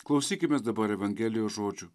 klausykimės dabar evangelijos žodžių